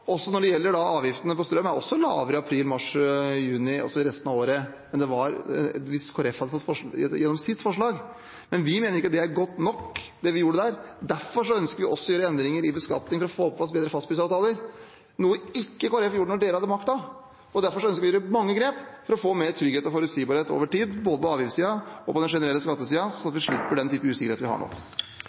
Når det gjelder avgiftene på strøm, er de lavere i mars, april, juni og i resten av året enn hvis Kristelig Folkeparti hadde fått gjennom sitt forslag. Vi mener ikke at det er godt nok, det vi gjorde da, og derfor ønsker vi også å gjøre endringer i beskatningen for å få på plass bedre fastprisavtaler, noe Kristelig Folkeparti ikke gjorde da de hadde makten. Derfor ønsker vi å gjøre mange grep for å få mer trygghet og forutsigbarhet over tid, både på avgiftssiden og på den generelle skattesiden, slik at vi slipper den typen usikkerhet vi har nå.